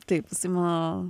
taip jisai mano